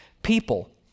people